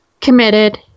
committed